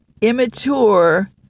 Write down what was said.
immature